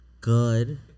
good